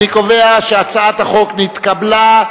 אני קובע שהצעת החוק נתקבלה,